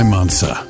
Mansa